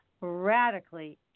radically